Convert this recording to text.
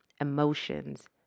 emotions